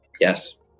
yes